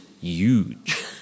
huge